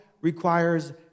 requires